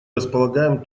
располагаем